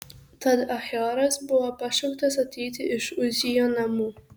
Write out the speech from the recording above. tad achioras buvo pašauktas ateiti iš uzijo namų